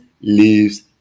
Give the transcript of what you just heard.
leaves